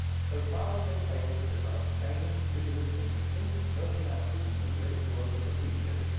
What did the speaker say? so far as they fail to develop sane, vigorous, and distinctive personalities for the great world of the future,